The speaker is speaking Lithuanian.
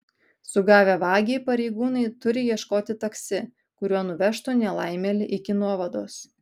sugavę vagį pareigūnai turi ieškoti taksi kuriuo nuvežtų nelaimėlį iki nuovados